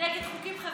נגד חוקים חברתיים,